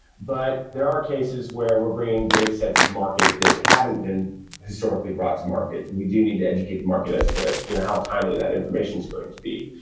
but there are cases where we're bringing datasets to market that haven't been historically brought to market. we do need to educate the market as to you know how timely that information is going to be.